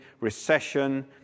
recession